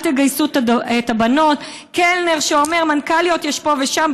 "אל תגייסו את הבנות"; קלנר אומר: "מנכ"ליות יש פה ושם,